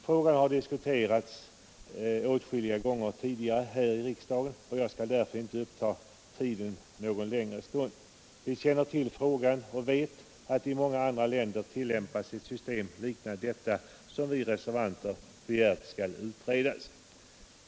Frågan har diskuterats åtskilliga gånger tidigare här i riksdagen, och jag skall därför inte uppta ledamöternas tid någon längre stund. Vi känner till frågan och vet att i många andra länder tillämpas ett system liknande det som vi reservanter begärt skall utredas.